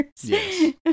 yes